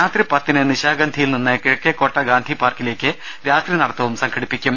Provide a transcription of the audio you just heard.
രാത്രി പത്തിന് നിശാഗന്ധിയിൽ നിന്ന് കിഴക്കേകോട്ട ഗാന്ധിപാർക്കിലേക്ക് രാത്രിനടത്തവും സംഘടിപ്പിക്കും